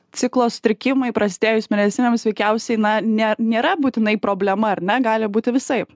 ciklo sutrikimai prasidėjus mėnesinėms veikiausiai na ne nėra būtinai problema ar ne gali būti visaip